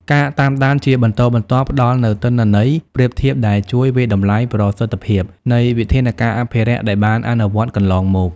ការតាមដានជាបន្តបន្ទាប់ផ្តល់នូវទិន្នន័យប្រៀបធៀបដែលជួយ វាយតម្លៃប្រសិទ្ធភាព នៃវិធានការអភិរក្សដែលបានអនុវត្តកន្លងមក។